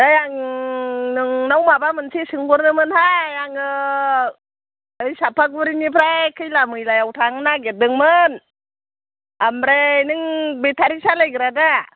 ओइ आं नोंनाव माबा मोनसे सोंहरनोमोनहाय आङो ओरै चापागुरिनिफ्राय खैला मैलायाव थांनो नागिरदोंमोन ओमफ्राय नों बेटारि सालायग्रा दा